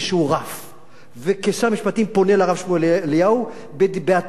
וכשר המשפטים לפנות לרב שמואל אליהו בהתראה כלשהי או באזהרה כלשהי,